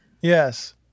yes